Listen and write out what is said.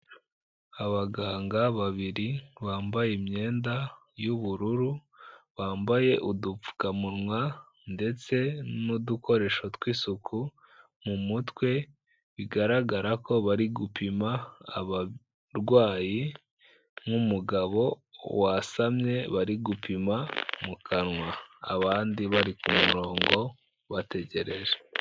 Abaganga babiri, bambaye imyenda y'ubururu, bambaye udupfukamunwa ndetse n'udukoresho twi'isuku mu mutwe, bigaragara ko bari gupima abarwayi nk'umugabo wasamye bari gupima mu kanwa, abandi bari ku murongo bategereje.